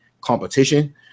competition